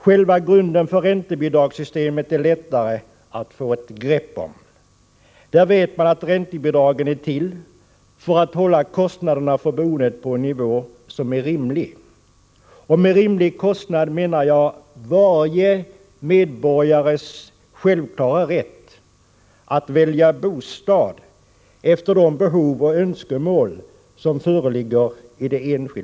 Själva grunden för räntebidragssystemet är det lättare att få ett grepp om. Där vet man att räntebidragen är till för att hålla kostnaderna för boendet på en nivå som är rimlig. Och när det gäller rimlig kostnad tänker jag på varje medborgares självklara rätt att välja bostad efter behov och önskemål.